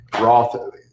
Roth